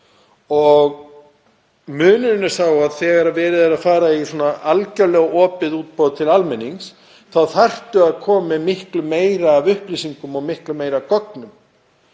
Munurinn er sá að þegar verið er að fara í svona algjörlega opið útboð til almennings þá þarftu að koma með miklu meira af upplýsingum og miklu meira af gögnum